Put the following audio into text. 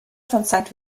hauptstadt